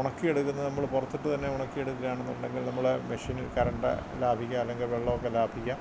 ഉണക്കി എടുക്കുന്നത് നമ്മൾ പുറത്തിട്ട് തന്നെ ഉണക്കി എടുക്കാണെന്നുണ്ടെങ്കില് നമ്മൾ മെഷിനില് കറണ്ട് ലാഭിക്കാം അല്ലെങ്കില് വെള്ളമൊക്കെ ലാഭിക്കാം